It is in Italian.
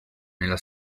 nella